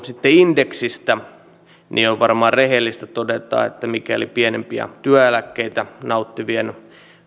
sitten indeksistä on varmaan rehellistä todeta että mikäli pienimpiä työeläkkeitä nauttivien